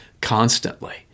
constantly